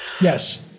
Yes